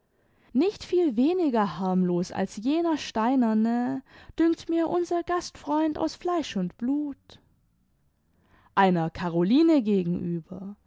wollen nichtviel weniger harmlos als jener steinerne dünkt mir unser gastfreund aus fleisch und blut einer caroline gegenüber